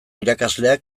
irakaslea